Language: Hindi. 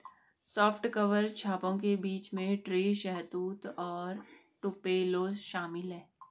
सॉफ्ट कवर छापों में बीच ट्री, शहतूत और टुपेलो शामिल है